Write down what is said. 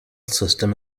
system